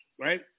right